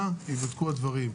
נעבור שנה, ייבדקו הדברים.